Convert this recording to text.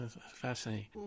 Fascinating